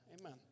Amen